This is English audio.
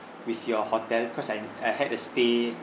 with your hotel cause I I had a stay